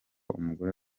umugore